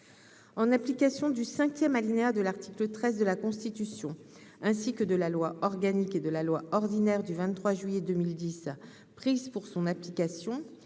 en application du 5ème alinéa de l'article 13 de la Constitution, ainsi que de la loi organique et de la loi ordinaire du 23 juillet 2010 prises pour son application,